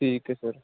ਠੀਕ ਹੈ ਸਰ